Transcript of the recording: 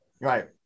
Right